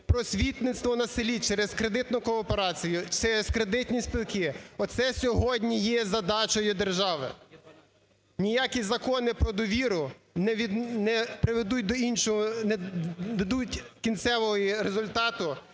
просвітництво на селі через кредитну кооперацію, через кредитні спілки – оце сьогодні є задачею держави. Ніякі закони про довіру не приведуть до іншого, не дадуть